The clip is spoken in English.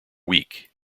weak